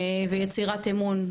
ויצירת אמון.